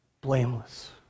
blameless